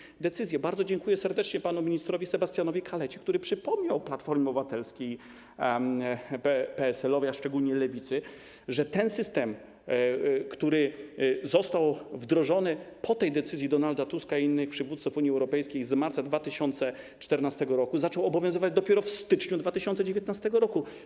Bardzo serdecznie dziękuję panu ministrowi Sebastianowi Kalecie, który przypomniał Platformie Obywatelskiej, PSL-owi, a szczególnie Lewicy, że ten system, który został wdrożony po tej decyzji Donalda Tuska i innych przywódców Unii Europejskiej z marca 2014 r., zaczął obowiązywać dopiero w styczniu 2019 r.